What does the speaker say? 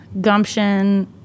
gumption